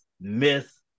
myth